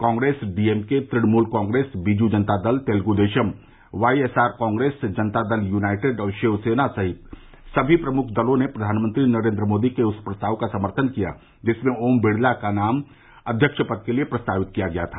Congress DMK Trinamool Congress Biju Janata Dal Telugu Desam YSR Congress Janata Dal United और शिवसेना सहित सभी प्रमुख देलों ने प्रधानमंत्री नरेन्द्र मोदी के उस प्रस्ताव का समर्थन किया जिसमें ओम बिड़ला का नाम अध्यक्ष पद के लिए प्रस्तावित किया गया था